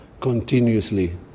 continuously